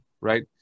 right